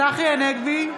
צחי הנגבי,